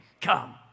come